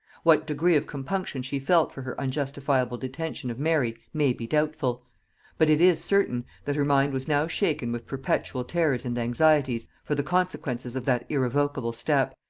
what degree of compunction she felt for her unjustifiable detention of mary may be doubtful but it is certain that her mind was now shaken with perpetual terrors and anxieties for the consequences of that irrevocable step,